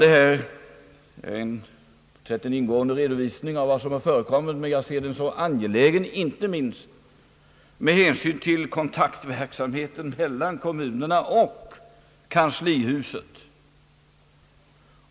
Detta är en ingående redovisning av vad som förekommit, men jag anser den så angelägen inte minst med hänsyn till kontaktverksamheten mellan kommunerna och kanslihuset.